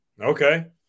Okay